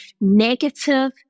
negative